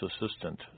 assistant